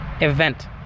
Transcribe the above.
event